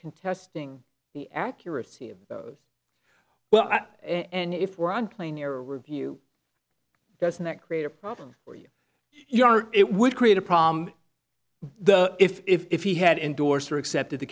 contesting the accuracy of those well and if we're on plane air review doesn't that create a problem for you you are it would create a problem the if he had endorser accepted the